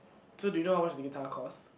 so do you know how much the guitar costs